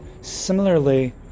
similarly